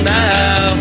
now